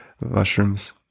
mushrooms